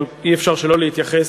אבל אי-אפשר שלא להתייחס,